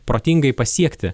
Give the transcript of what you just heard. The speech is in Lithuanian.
protingai pasiekti